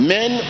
Men